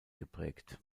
geprägt